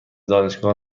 دانشگاه